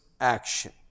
action